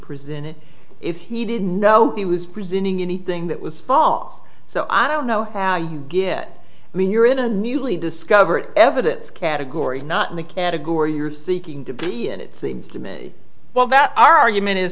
prison it if he didn't know he was presenting anything that was false so i don't know how you get when you're in a newly discovered evidence category not in the category you're seeking to be in it seems to me while that argument is